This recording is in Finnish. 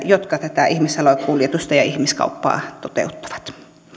jotka tätä ihmissalakuljetusta ja ihmiskauppaa toteuttavat